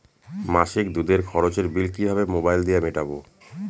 মাসিক দুধের খরচের বিল কিভাবে মোবাইল দিয়ে মেটাব?